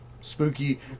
spooky